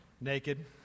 naked